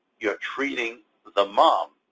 you're treating the mom,